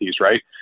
right